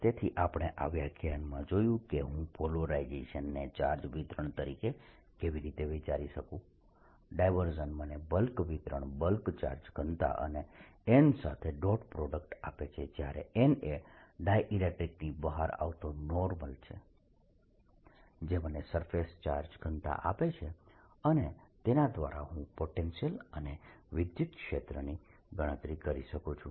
તેથી આપણે આ વ્યાખ્યાનમાં જોયું કે હું પોલરાઇઝેશન ને ચાર્જ વિતરણ તરીકે કેવી રીતે વિચારી શકું ડાયવર્જન્સ મને બલ્ક ચાર્જ વિતરણ બલ્ક ચાર્જ ઘનતા અને n સાથે ડોટ પ્રોડક્ટ આપે છે જ્યાં n એ ડાઈલેક્ટ્રીકની બહાર આવતો નોર્મલ છે જે મને સરફેસ ચાર્જ ઘનતા આપે છે અને તેના દ્વારા હું પોટેન્શિયલ અને વિદ્યુતક્ષેત્રની ગણતરી કરી શકું છું